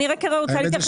(היו"ר ינון אזולאי,